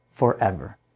forever